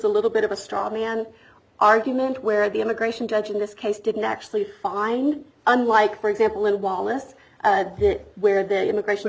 a little bit of a straw man argument where the immigration judge in this case didn't actually find i'm like for example in wallace where the immigration